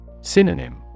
Synonym